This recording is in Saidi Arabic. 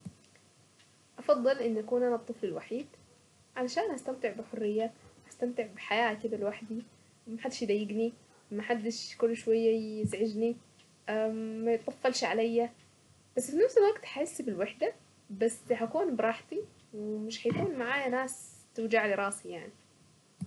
افضل اني اكون انا الطفل الوحيد علشان استمتع بحرية استمتع بحياة كدا لوحدي محدش يضايقني محدش كل شوية يزعجني ميتطفلش عليا بس بنفس الوقت هحس بالوحدة بس هكون براحتي ومش هيكون معايا ناس توجعلي راسي يعني.